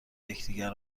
یکدیگر